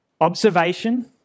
Observation